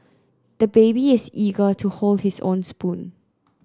the baby is eager to hold his own spoon